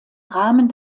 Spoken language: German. rahmen